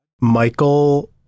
Michael